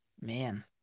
Man